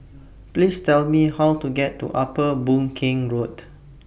Please Tell Me How to get to Upper Boon Keng Road